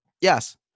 Yes